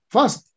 First